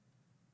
בעצם